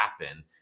happen